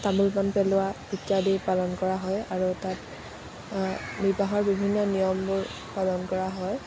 তামোল পান পেলোৱা ইত্য়াদি পালন কৰা হয় আৰু তাত বিবাহৰ বিভিন্ন নিয়মবোৰ পালন কৰা হয়